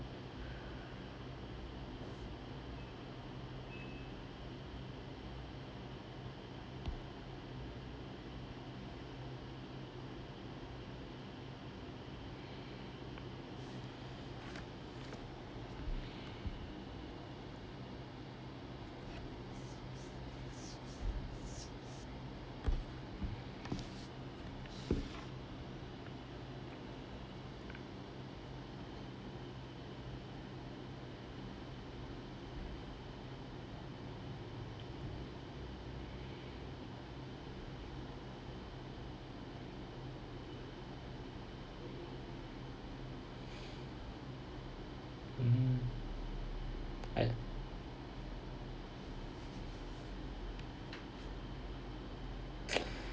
mmhmm I